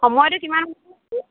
সময়টো কিমান